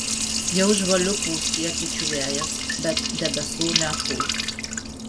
jau žvaliu pūs pietryčių vėjas bet debesų neatpūs